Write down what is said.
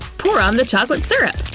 pour on the chocolate syrup!